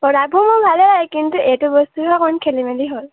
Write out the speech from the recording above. প্ৰ'ডাক্টবোৰ মোৰ ভালে লাগে কিন্তু এইটো বস্তুহে অকণমান খেলিমেলি হ'ল